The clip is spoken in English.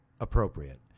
Appropriate